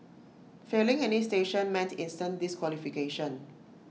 failing any station meant instant disqualification